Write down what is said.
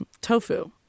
tofu